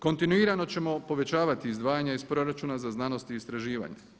Kontinuirano ćemo povećavati izdvajanja iz proračuna za znanost i istraživanje.